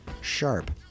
Sharp